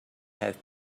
have